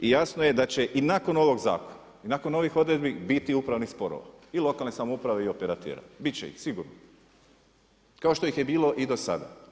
I jasno je da će i nakon ovog zakona i nakon ovih odredbi biti upravnih sporova i lokalne samouprave i operatera, biti će ih sigurno, kao što ih je bilo i do sada.